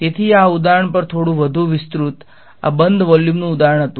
તેથી આ ઉદાહરણ પર થોડું વધુ વિસ્તૃત આ બંધ વોલ્યુમનું ઉદાહરણ હતું